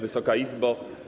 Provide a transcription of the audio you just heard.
Wysoka Izbo!